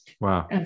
Wow